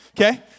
Okay